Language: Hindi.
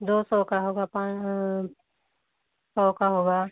दो सौ का होगा पाँच सौ का होगा